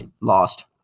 lost